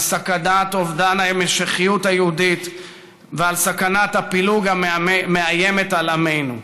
על סכנת אובדן ההמשכיות היהודית ועל סכנת הפילוג המאיימת על עמנו.